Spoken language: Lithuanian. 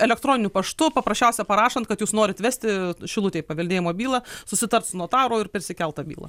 elektroniniu paštu paprasčiausia parašant kad jūs norit vesti šilutėj paveldėjimo bylą susitart su notaru ir persikelt tą bylą